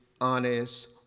honest